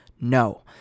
No